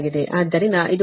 ಆದ್ದರಿಂದ ಇದು 1ZC ಆಗಿದೆ